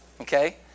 Okay